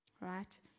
right